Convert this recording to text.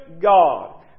God